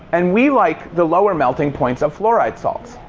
and we like the lower melting points of fluoride salts.